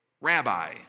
Rabbi